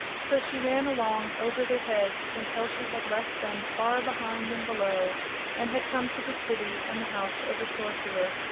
so she ran along over their heads until she had left them far behind and below and had come to the city and the house of the sorcerer.